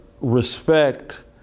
respect